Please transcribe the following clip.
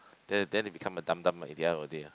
then then they become a dumb dumb like the end of the day ah